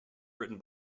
written